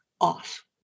off